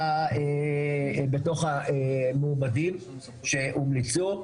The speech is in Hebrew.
בתוך המועמדים שהומלצו,